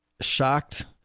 shocked